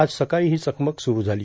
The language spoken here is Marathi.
आज सकाळी ही चकमक सुरू झाली